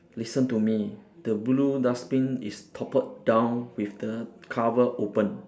listen to me the blue dustbin is toppled down with the cover opened